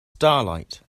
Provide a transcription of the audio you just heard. starlight